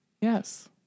Yes